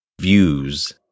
views